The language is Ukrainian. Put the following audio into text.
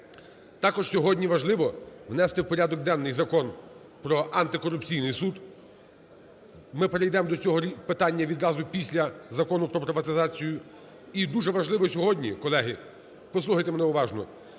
Також сьогодні важливо внести в порядок денний Закон про Антикорупційний суд. Ми перейдемо до цього питання відразу після Закону про приватизацію. І дуже важливо сьогодні, колеги, послухайте мене уважно,